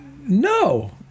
No